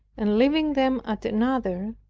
and leaving them at another,